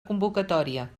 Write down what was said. convocatòria